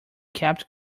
kept